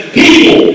people